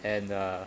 and uh